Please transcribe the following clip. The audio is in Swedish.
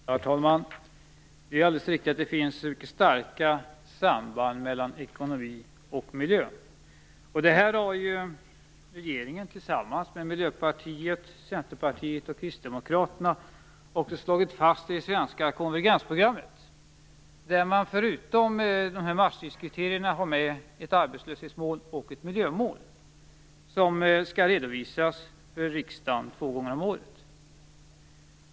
Herr talman! Det är alldeles riktigt att det finns starka samband mellan ekonomi och miljö. Det har regeringen tillsammans med Miljöpartiet, Centerpartiet och Kristdemokraterna också slagit fast i det svenska konvergensprogrammet. Förutom Maastrichtkriterierna har man med ett arbetslöshetsmål och ett miljömål. De skall redovisas för riksdagen två gånger om året.